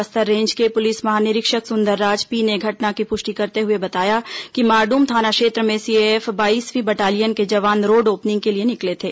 Bastar range के police महानिरीक्षक Sundarraj P ने घटना की पुष्टि करते हुए बताया कि मारडूम थाना क्षेत्र में सीएएफ बाईसवीं बटालियन के जवान रोड ओपनिंग के लिए निकले थे